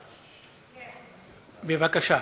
בבקשה.